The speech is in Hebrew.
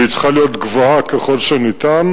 והיא צריכה להיות גבוהה ככל שניתן,